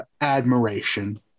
admiration